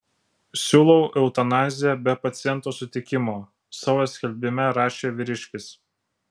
siūlau eutanaziją be paciento sutikimo savo skelbime rašė vyriškis